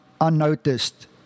unnoticed